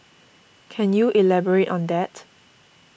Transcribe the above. can you elaborate on that